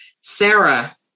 Sarah